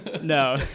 No